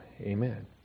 Amen